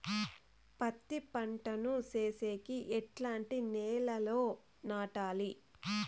పత్తి పంట ను సేసేకి ఎట్లాంటి నేలలో నాటాలి?